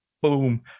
boom